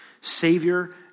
Savior